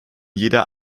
jeder